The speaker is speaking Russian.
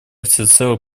всецело